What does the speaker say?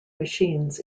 machines